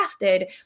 crafted